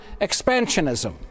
expansionism